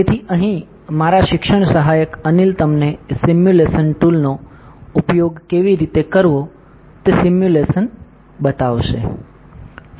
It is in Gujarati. તેથી અહીં મારા શિક્ષણ સહાયક અનિલ તમને તે સિમ્યુલેશન ટૂલ નો ઉપયોગ કેવી રીતે કરવો તે સિમ્યુલેશન બતાવશે